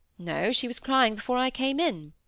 no she was crying before i came in.